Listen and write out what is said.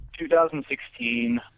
2016